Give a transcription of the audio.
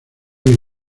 luis